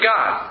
God